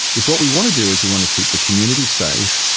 if what we want to do is we want to keep the community safe,